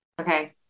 Okay